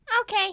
Okay